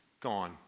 Gone